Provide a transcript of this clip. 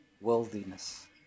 worldliness